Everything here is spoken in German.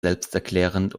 selbsterklärend